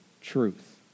truth